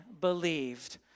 believed